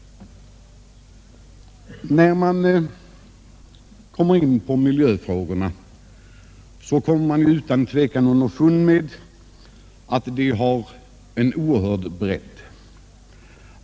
När man kommer in på miljöfrågorna kommer man utan tvivel underfund med att de har en oerhörd bredd.